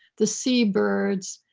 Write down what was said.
the sea birds,